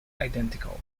identical